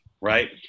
right